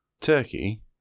Turkey